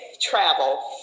travel